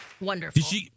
wonderful